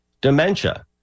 dementia